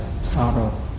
sorrow